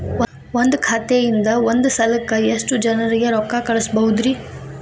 ಒಂದ್ ಖಾತೆಯಿಂದ, ಒಂದ್ ಸಲಕ್ಕ ಎಷ್ಟ ಜನರಿಗೆ ರೊಕ್ಕ ಕಳಸಬಹುದ್ರಿ?